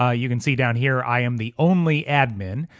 ah you can see down here i am the only admin.